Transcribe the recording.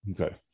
Okay